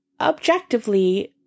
objectively